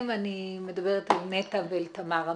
בחלק השני אנחנו נדבר על הנתונים שקיבלנו.